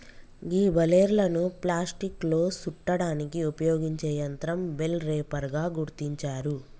గీ బలేర్లను ప్లాస్టిక్లో సుట్టడానికి ఉపయోగించే యంత్రం బెల్ రేపర్ గా గుర్తించారు